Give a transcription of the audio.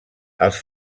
els